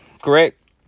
Correct